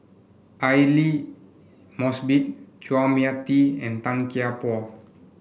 Aidli Mosbit Chua Mia Tee and Tan Kian Por